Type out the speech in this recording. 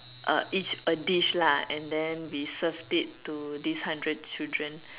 uh each a dish lah and then we served it to these hundred children